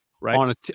right